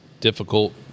difficult